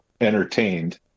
entertained